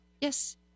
Yes